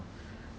if you do